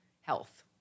health